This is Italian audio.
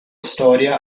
storia